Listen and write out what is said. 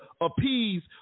appease